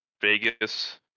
vegas